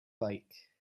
bike